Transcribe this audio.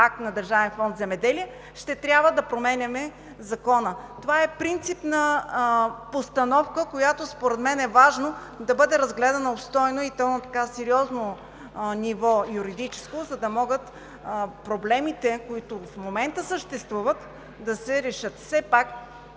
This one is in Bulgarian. акт на Държавен фонд „Земеделие“, ще трябва да променяме Закона. Това е принципна постановка, която според мен е важно да бъде разгледана обстойно и то на сериозно юридическо ниво, за да могат проблемите, които в момента съществуват, да се решат. Все пак